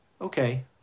okay